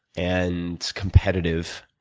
and competitive,